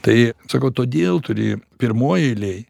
tai sakau todėl turi pirmoj eilėj